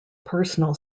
personal